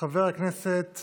חבר הכנסת